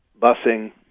busing